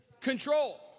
control